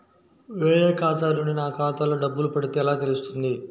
వేరే ఖాతా నుండి నా ఖాతాలో డబ్బులు పడితే ఎలా తెలుస్తుంది?